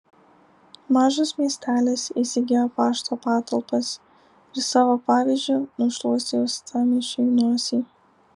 mažas miestelis įsigijo pašto patalpas ir savo pavyzdžiu nušluostė uostamiesčiui nosį